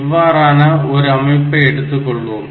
இவ்வாறான ஒரு அமைப்பை எடுத்துக் கொள்வோம்